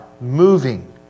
moving